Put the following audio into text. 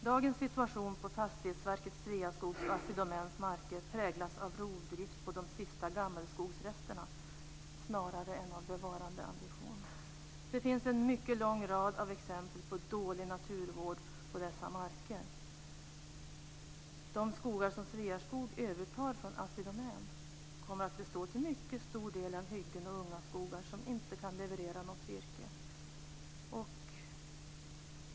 Dagens situation på Fastighetsverkets, Sveaskogs och Assi Domäns marker präglas av rovdrift på de sista gammelskogsresterna snarare än av bevarandeambitioner. Det finns en mycket lång rad av exempel på dålig naturvård på dessa marker. De skogar som Sveaskog övertar från Assi Domän kommer till mycket stor del att bestå av hyggen och unga skogar som inte kan leverera något virke.